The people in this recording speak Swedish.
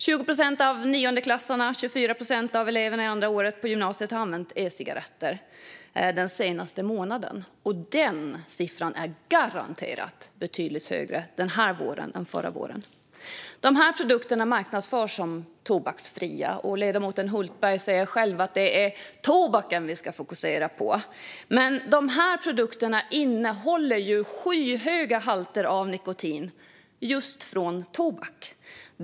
20 procent av niondeklassarna och 24 procent av eleverna som gick andra året på gymnasiet hade använt e-cigaretter den senaste månaden. Denna siffra är garanterat betydligt högre den här våren än förra våren. Dessa produkter marknadsförs som tobaksfria, och ledamoten Hultberg säger själv att det är tobaken vi ska fokusera på. Men dessa produkter innehåller ju skyhöga halter av nikotin från just tobak.